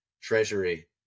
treasury